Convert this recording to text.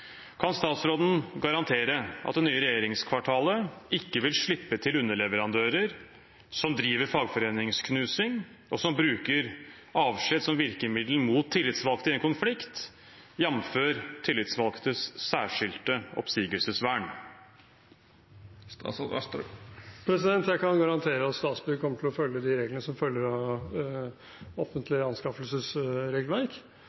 Kan statsråden garantere at det nye regjeringskvartalet ikke vil slippe til underleverandører som driver med fagforeningsknusing, og som bruker avskjed som virkemiddel mot tillitsvalgte i en konflikt, jf. tillitsvalgtes særskilte oppsigelsesvern? Jeg kan garantere at Statsbygg kommer til å følge de reglene som følger av